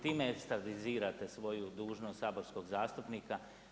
Time estradizirate svoju dužnost saborskog zastupnika.